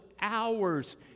hours